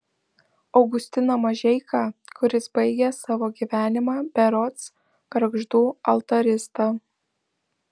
augustiną mažeiką kuris baigė savo gyvenimą berods gargždų altarista